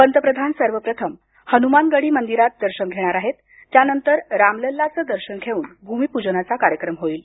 पंतप्रधान सर्वप्रथम हनुमान गढी मंदिरात दर्शन घेणार आहेत त्यानंतर रामलल्लाचं दर्शन घेऊन भूमिपूजनाचा कार्यक्रम होईल